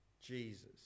Jesus